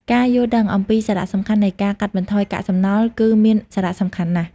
ការយល់ដឹងអំពីសារៈសំខាន់នៃការកាត់បន្ថយកាកសំណល់គឺមានសារៈសំខាន់ណាស់។